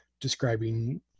describing